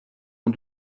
ont